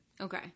Okay